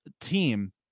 team